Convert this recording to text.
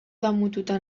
damututa